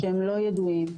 לא ידועים,